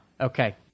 Okay